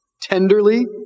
Tenderly